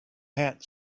hat